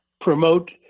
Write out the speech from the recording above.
promote